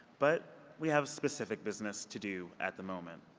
but we have specific business to do at the moment